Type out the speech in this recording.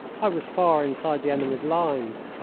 i was far inside the enemy's lines.